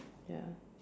ya